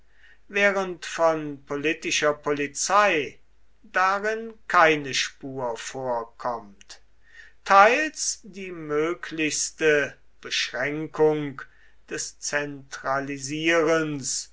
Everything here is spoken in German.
während von politischer polizei darin keine spur vorkommt teils die möglichste beschränkung des zentralisierens